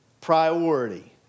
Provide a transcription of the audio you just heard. priority